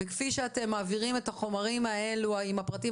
כפי שאתם מעבירים את החומרים האלה עם הפרטים